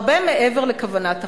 הרבה מעבר לכוונת החוק.